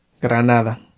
Granada